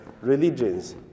religions